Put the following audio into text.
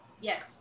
Yes